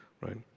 right